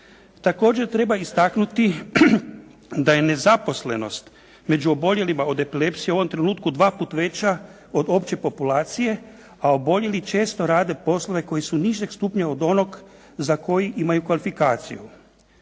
Također treba istaknuti da je nezaposlenost među oboljelima od epilepsije u ovom trenutku dva puta veća od opće populacije, a oboljeli često rade poslove koji su nižeg stupnja od onog za koji imaju kvalifikaciju.